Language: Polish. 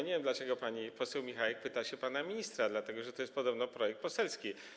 Nie wiem, dlaczego pani poseł Michałek pyta o to pana ministra, dlatego że to jest podobno projekt poselski.